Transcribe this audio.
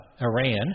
Iran